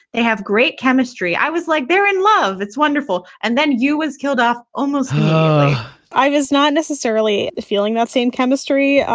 they have great chemistry. i was like, they're in love. it's wonderful. and then you was killed off almost i was not necessarily feeling that same chemistry.